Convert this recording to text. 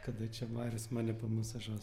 kada čia marius mane pamasažuos